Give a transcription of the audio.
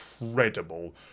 incredible